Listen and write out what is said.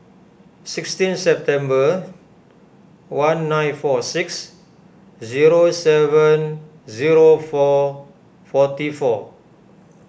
sixteen September one nine four six zero seven zero four forty four